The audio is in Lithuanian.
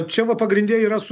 čia va pagrinde yra su